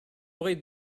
aurez